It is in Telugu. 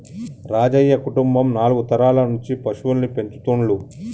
రాజయ్య కుటుంబం నాలుగు తరాల నుంచి పశువుల్ని పెంచుతుండ్లు